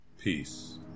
Peace